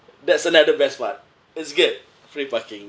that's another best part it's good free parking